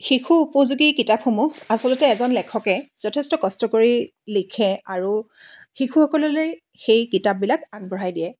শিশু উপযোগী কিতাপসমূহ আচলতে এজন লেখকে যথেষ্ট কষ্ট কৰি লিখে আৰু শিশুসকললৈ সেই কিতাপবিলাক আগবঢ়াই দিয়ে